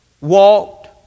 walked